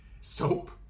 Soap